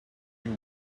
you